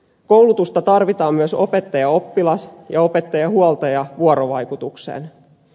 koulutusta tarvitaan myös opettajaoppilas ja opettajahuoltaja vuorovaikutukseen